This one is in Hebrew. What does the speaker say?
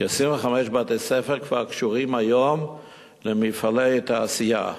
כ-25 בתי-ספר כבר קשורים היום למפעלי תעשייה.